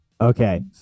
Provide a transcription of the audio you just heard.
Okay